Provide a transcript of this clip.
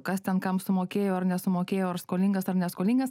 kas ten kam sumokėjo ar nesumokėjo ar skolingas ar neskoningas